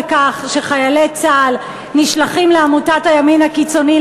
כך שחיילי צה"ל נשלחים לעמותת הימין הקיצוני,